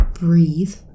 Breathe